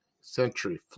century